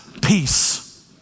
peace